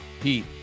Pete